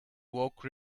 woke